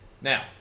Now